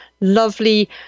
lovely